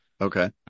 Okay